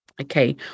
Okay